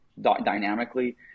dynamically